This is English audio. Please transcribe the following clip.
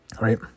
Right